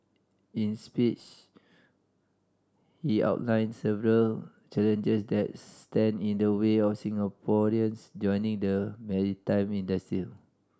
in speech he outlined several challenges that stand in the way of Singaporeans joining the maritime industry